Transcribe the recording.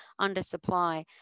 undersupply